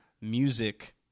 music